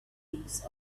things